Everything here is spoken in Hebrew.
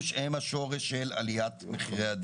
אין לי את הזמן אז אתם תוכלו לראות את זה במסמך.